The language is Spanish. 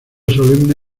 solemne